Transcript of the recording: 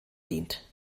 dient